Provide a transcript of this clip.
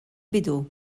bidu